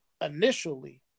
initially